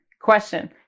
question